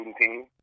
team